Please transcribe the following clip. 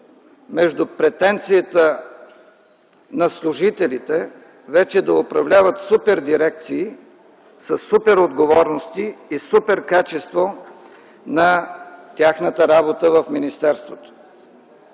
между претенцията на служителите вече да управляват супердирекции, със суперотговорности и суперкачество на тяхната работа в министерството.